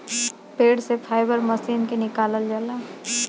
पेड़ से fibre machine से निकालल जाला